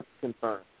confirmed